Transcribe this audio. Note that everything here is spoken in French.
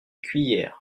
cuillère